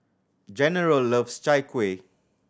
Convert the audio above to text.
General loves Chai Kueh